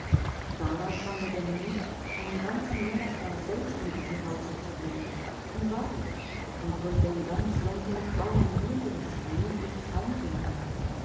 darauf fand er den mut einen ganzen monat lang selbst in diesem hause zu wohnen und wahrlich man konnte in ganz london kaum ein ruhigeres gemütliches heim finden